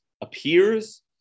appears